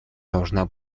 должна